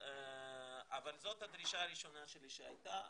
אבל זאת הדרישה הראשונה שלי שהייתה,